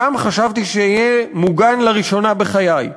שם חשבתי שאהיה מוגן לראשונה בחיי.